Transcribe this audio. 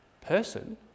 person